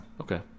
Okay